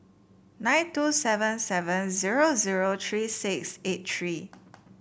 nine two seven seven zero zero three six eight three